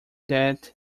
that